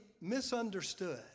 misunderstood